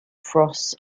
frosts